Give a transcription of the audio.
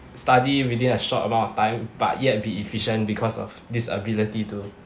study within a short amount of time but yet be efficient because of this ability to